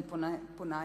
אני פונה אליך.